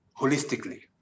holistically